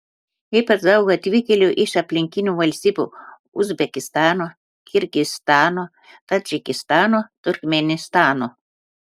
ypač daug atvykėlių iš aplinkinių valstybių uzbekistano kirgizstano tadžikistano turkmėnistano